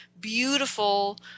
beautiful